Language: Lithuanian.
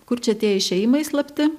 kur čia tie išėjimai slapti